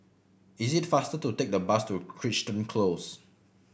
is it faster to take the bus to Crichton Close